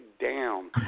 down